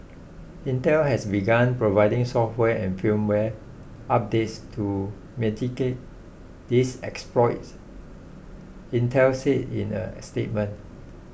Intel has begun providing software and firmware updates to mitigate these exploits Intel said in a statement